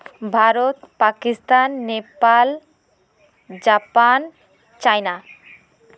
Bharat Pakistan Nepal Japan China